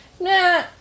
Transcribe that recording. nah